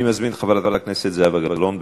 אני מזמין את חברת הכנסת זהבה גלאון.